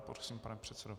Prosím, pane předsedo.